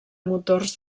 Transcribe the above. motors